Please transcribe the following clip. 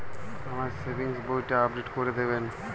আমার সেভিংস বইটা আপডেট করে দেবেন?